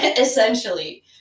Essentially